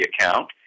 account